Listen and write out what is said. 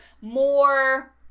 more